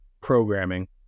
programming